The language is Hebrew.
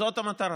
זאת המטרה.